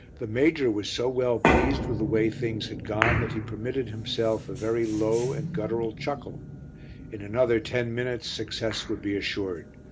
the major was so well pleased with the way things had gone that he permitted himself a very low and guttural chuckle in another ten minutes success would be assured.